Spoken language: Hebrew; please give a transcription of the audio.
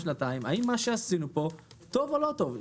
שנתיים האם מה שעשינו פה טוב או לא טוב?